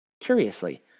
Curiously